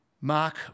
Mark